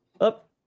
up